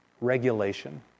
regulation